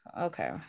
Okay